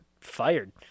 fired